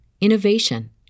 innovation